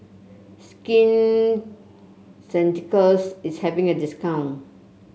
Skin Ceuticals is having a discount